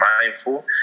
mindful